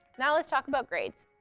now let's talk about grades.